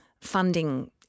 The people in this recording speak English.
funding